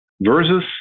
versus